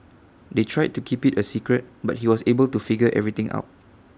they tried to keep IT A secret but he was able to figure everything out